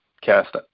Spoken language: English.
cast